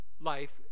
life